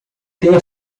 ter